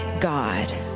God